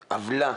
עוולה,